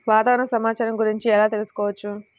వాతావరణ సమాచారము గురించి ఎలా తెలుకుసుకోవచ్చు?